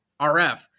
RF